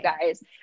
guys